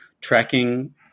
tracking